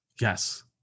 Yes